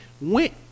went